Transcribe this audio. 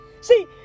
See